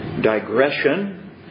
digression